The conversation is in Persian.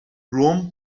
رُم